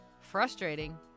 frustrating